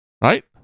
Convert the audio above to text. Right